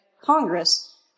Congress